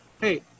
Hey